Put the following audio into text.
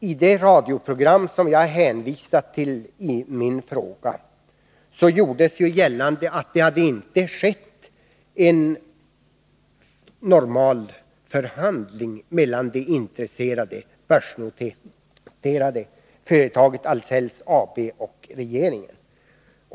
I det radioprogram som jag hänvisat till i min fråga gjordes det gällande att det inte förekommit en normal förhandling mellan det intresserade börsnoterade företaget Ahlsell AB och regeringen.